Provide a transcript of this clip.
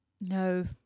No